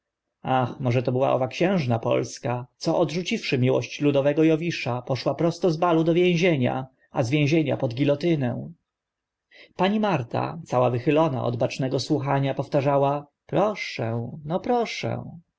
ach może to była owa księżna polska co odrzuciwszy miłość ludowego jowisza poszła prosto z balu do więzienia a z więzienia pod gilotynę pani marta cała wychylona od bacznego słuchania powtarzała proszę no proszę